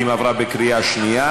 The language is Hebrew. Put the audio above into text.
(תיקון מס' 3) עברה בקריאה שנייה.